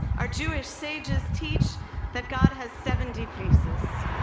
our jewish sages teach that god has seventy faces.